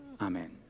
amen